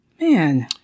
Man